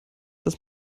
dass